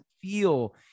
feel